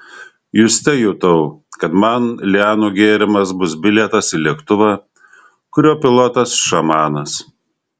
juste jutau kad man lianų gėrimas bus bilietas į lėktuvą kurio pilotas šamanas